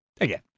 again